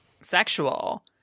sexual